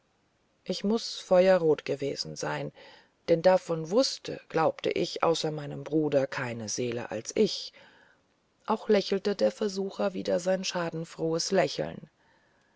ich muß feuerrot gewesen sein denn davon wußte glaubte ich außer meinem bruder keine seele als ich auch lächelte der versucher wieder sein schadenfrohes lächeln